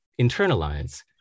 internalize